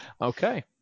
Okay